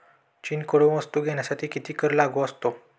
चीनकडून वस्तू घेण्यासाठी किती कर लागू असतो?